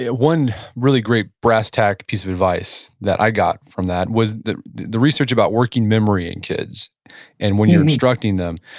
ah one really great brass tack piece of advice that i got from that was that the research about working memory in kids and when you're instructing them.